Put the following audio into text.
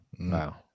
Wow